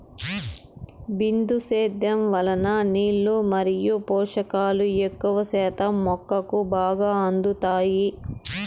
బిందు సేద్యం వలన నీళ్ళు మరియు పోషకాలు ఎక్కువ శాతం మొక్కకు బాగా అందుతాయి